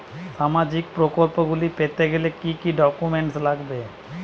সামাজিক প্রকল্পগুলি পেতে গেলে কি কি ডকুমেন্টস লাগবে?